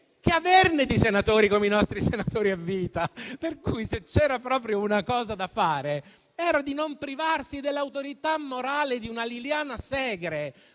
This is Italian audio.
ad averne di senatori come i nostri senatori a vita. Per cui, se c'era proprio una cosa da fare, era badare a non privarsi dell'autorità morale di una Liliana Segre,